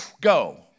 go